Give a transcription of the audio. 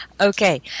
Okay